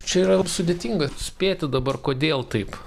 čia yra sudėtinga spėti dabar kodėl taip